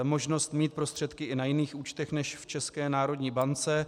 Možnost mít prostředky i na jiných účtech než v České národní bance.